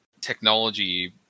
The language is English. technology